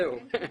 זה חשוב.